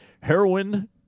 Heroin